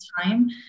time